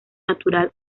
natural